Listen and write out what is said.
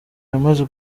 yamaze